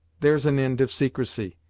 there's an ind of secrecy,